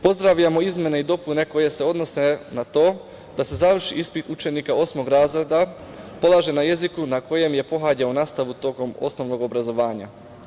Pozdravljamo izmene i dopune koje se odnose na to da se završni ispit učenika osmog razreda polaže na jeziku na kojem je pohađao nastavu tokom osnovnog obrazovanja.